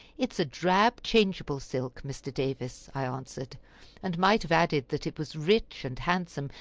it is a drab changeable silk, mr. davis, i answered and might have added that it was rich and handsome,